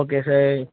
okay sir